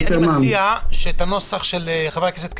אני מציע להעביר לעיונך את הנוסח של חבר הכנסת קרעי.